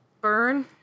Burn